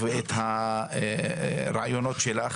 כבוד היו"ר רק התייחסות קטנה לנושא של הותמ"ל.